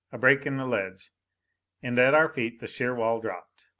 a break in the ledge and at our feet the sheer wall dropped.